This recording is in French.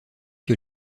que